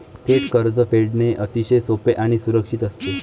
थेट कर्ज फेडणे अतिशय सोपे आणि सुरक्षित असते